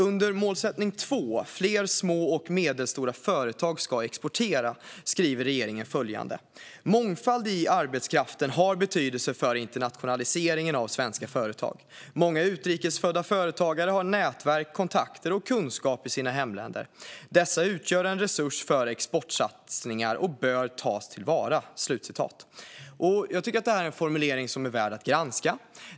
Under målsättning 2, Fler små och medelstora företag ska exportera, skriver regeringen följande: "Mångfald i arbetskraften har betydelse för internationaliseringen av svenska företag. Många utrikesfödda företagare har nätverk, kontakter och kunskap i sina hemländer. Dessa utgör en resurs för exportsatsningar och bör tas tillvara." Detta är en formulering som är värd att granska.